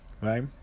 right